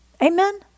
Amen